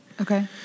Okay